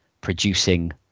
producing